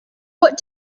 what